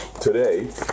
today